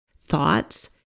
thoughts